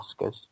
Oscars